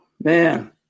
Man